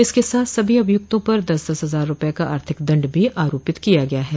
इसके साथ सभी अभियुक्तों पर दस दस हजार रूपये का आर्थिक दंड भी आरोपित किया गया है